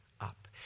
up